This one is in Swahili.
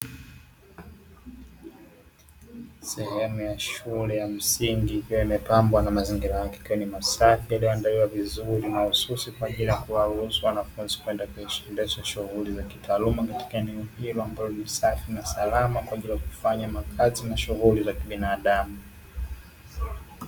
Sehemu ya shule ya msingi ikiwa imepambwa na mazingira yake yakiwa ni masafi yaliyoandaliwa vizuri mahususi kwa ajili ya kuwaruhusu wanafunzi kwenda kuendesha shughuli za kitaaluma katika eneo hilo ambalo ni safi na salama kwa ajili ya kufanya makazi na shughuli za kibinadamu.